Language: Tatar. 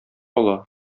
ала